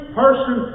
person